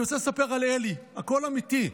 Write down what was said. אני רוצה לספר על אלי, הכול אמיתי.